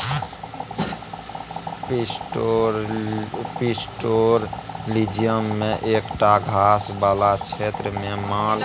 pastoralism मे एकटा घास बला क्षेत्रमे माल